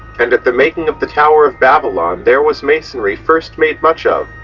and at the making of the tower of babylon there was masonrye first made much of.